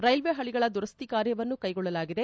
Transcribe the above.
railway ಹಳಗಳ ದುರಸ್ತಿ ಕಾರ್ಯವನ್ನೂ ಕೈಗೊಳ್ಳಲಾಗಿದೆ